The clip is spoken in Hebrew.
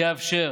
תאפשר